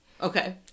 Okay